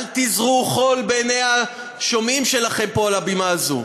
אל תזרו חול בעיני השומעים שלכם פה מעל הבימה הזאת.